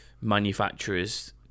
manufacturers